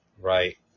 right